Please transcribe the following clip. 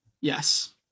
Yes